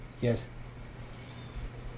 yes